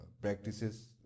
practices